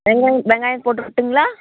வெங்காயம் வெங்காயம் போட்டு விடுட்டுங்ளா